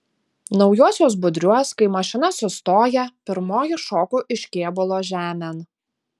naujuosiuos budriuos kai mašina sustoja pirmoji šoku iš kėbulo žemėn